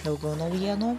daugiau naujienų